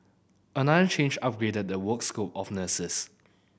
another change upgraded the work scope of nurses